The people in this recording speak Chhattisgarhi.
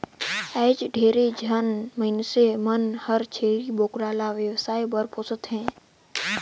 आयज ढेरे झन मइनसे मन हर छेरी बोकरा ल बेवसाय बर पोसत हें